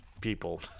people